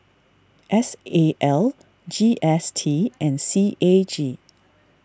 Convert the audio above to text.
S A L G S T and C A G